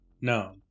No